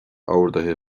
orduithe